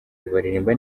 baririmba